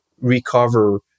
recover